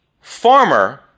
farmer